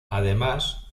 además